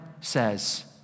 says